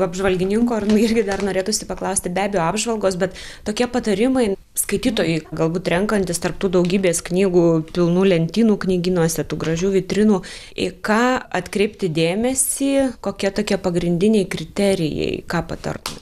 apžvalgininko ar irgi dar norėtųsi paklausti be abejo apžvalgos bet tokie patarimai skaitytojui galbūt renkantis tarp tų daugybės knygų pilnų lentynų knygynuose tų gražių vitrinų į ką atkreipti dėmesį kokie tokie pagrindiniai kriterijai ką patartumėt